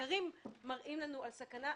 והמחקרים מראים לנו על סכנה.